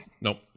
nope